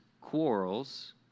quarrels